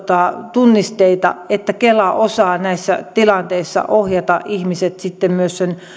tunnisteita että kela osaa näissä tilanteissa ohjata ihmiset sitten myös sen